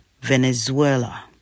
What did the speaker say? Venezuela